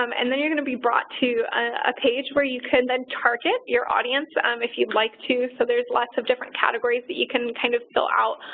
um and then you're going to be brought to a page where you can then target your audience um if you'd like to. so there's lots of different categories that you can kind of fill out.